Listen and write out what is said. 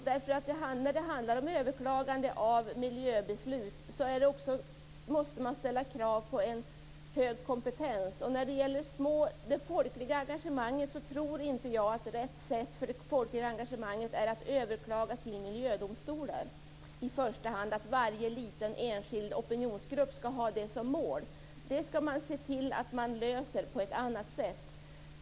När det handlar om överklagande av miljöbeslut måste man ställa krav på en hög kompetens. När det gäller det folkliga engagemanget tror jag inte att det är rätt sätt att i första hand kunna överklaga till miljödomstolar, att varje liten enskild opinionsgrupp skall ha det som mål. Det skall man se till att lösa på ett annat sätt.